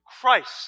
Christ